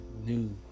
new